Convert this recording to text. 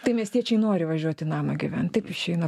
tai miestiečiai nori važiuot į namą gyvent taip išeina